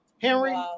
Henry